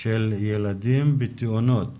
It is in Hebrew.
של ילדים בתאונות.